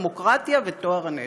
דמוקרטיה וטוהר הנשק,